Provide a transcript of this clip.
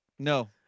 No